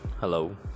Hello